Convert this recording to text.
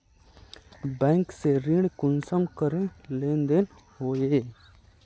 Bank से ऋण कुंसम करे लेन देन होए?